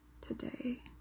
today